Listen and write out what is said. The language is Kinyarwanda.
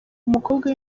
umukobwa